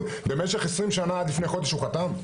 במשך 20 שנה עד לפי חודש הוא חתם,